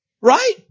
Right